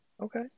Okay